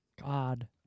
God